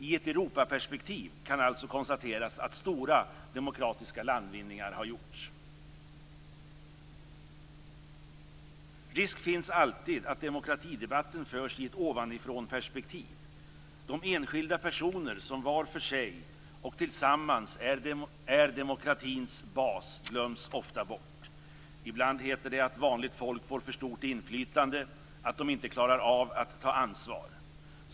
I ett Europaperspektiv kan alltså konstateras att stora demokratiska landvinningar har gjorts. Risk finns alltid att demokratidebatten förs i ett ovanifrånperspektiv. De enskilda personer som var för sig och tillsammans är demokratins bas glöms ofta bort. Ibland heter det att vanligt folk får för stort inflytande, att de inte klarar av att ta ansvar.